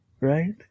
Right